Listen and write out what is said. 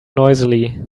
noisily